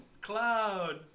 Cloud